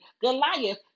Goliath